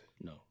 No